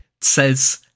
Says